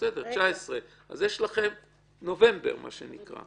אז יש לכם נובמבר מה שנקרא,